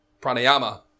pranayama